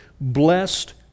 blessed